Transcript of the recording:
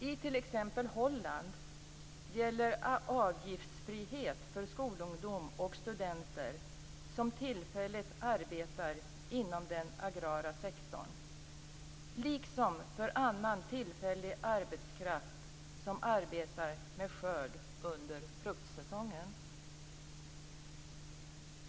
I t.ex. Holland gäller avgiftsfrihet för skolungdom och studenter som tillfälligt arbetar inom den agrara sektorn, liksom för annan tillfällig arbetskraft som arbetar med skörd under fruktsäsongen.